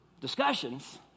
discussions